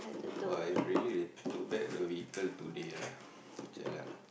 [wah] if really they took back the vehicle today ah jialat ah